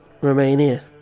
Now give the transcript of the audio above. Romania